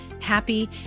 happy